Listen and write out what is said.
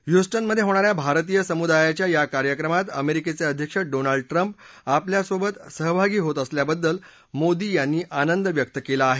ब्रुस्टनमध्ये होणाऱ्या भारतीय समुदायाच्या या कार्यक्रमात अमेरिकेचे अध्यक्ष डोनाल्ड ट्रंप आपल्यासोबत सहभागी होत असल्याबद्दल मोदी यांनी आनंद व्यक्त केला आहे